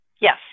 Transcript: Yes